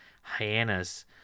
hyenas